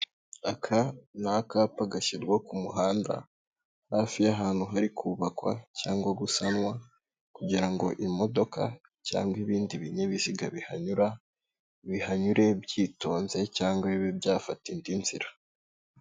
Aka ni akapa gashyirwa ku muhanda, hafi y'ahantu hari kubakwa cyangwa gusanwa, kugira ngo imodoka cyangwa ibindi binyabiziga bihanyura, bihanyure byitonze cyangwa bibe byafata indi nzira.